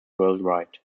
worldwide